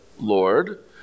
Lord